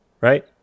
right